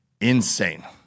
insane